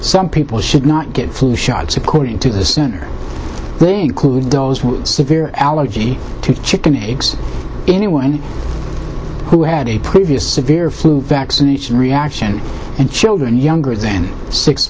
some people should not get flu shots according to the center they include those severe allergy to chicken eggs anyone who had a previous severe flu vaccination reaction and children younger than six